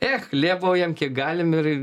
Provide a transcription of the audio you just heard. ech lėbaujam kiek galim ir ir